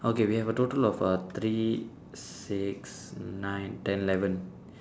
okay we have a total of uh three six nine ten eleven